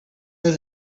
his